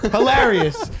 Hilarious